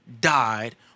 died